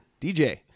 DJ